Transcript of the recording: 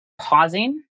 pausing